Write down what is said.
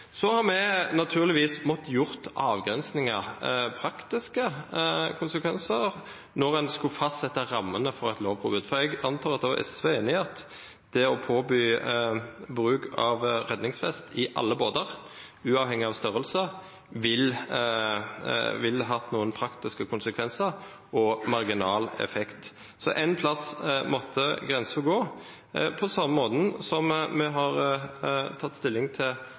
Så har vi naturligvis måttet gjøre avgrensninger, ut fra praktiske konsekvenser, når vi skulle fastsette rammene for et lovpåbud. Jeg antar at også SV er enig i at det å påby bruk av redningsvest i alle båter, uavhengig av størrelse, ville fått noen praktiske konsekvenser og hatt marginal effekt, så ett sted måtte grensen gå, på samme måten som vi har tatt stilling til